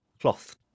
Cloth